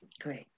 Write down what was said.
Great